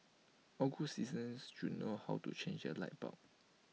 all good citizens should know how to change A light bulb